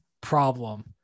problem